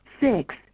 six